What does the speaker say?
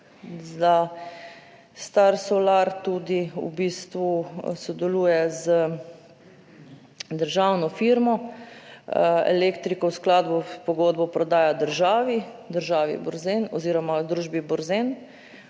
da Starsolar tudi v bistvu sodeluje z državno firmo, elektriko v skladu s pogodbo prodaja državi, državi Borzen oziroma družbi Borzen.